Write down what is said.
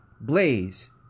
blaze